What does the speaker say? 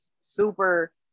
super